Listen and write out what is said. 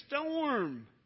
storm